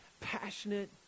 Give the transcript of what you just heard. passionate